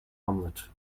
omelette